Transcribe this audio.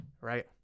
right